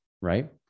Right